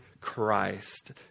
Christ